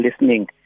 listening